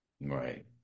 Right